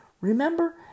remember